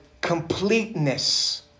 completeness